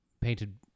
painted